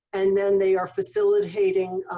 and then they are facilitating,